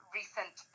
recent